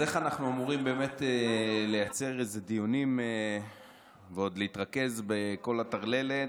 אז איך אנחנו אמורים באמת לייצר איזה דיונים ועוד להתרכז בכל הטרללת?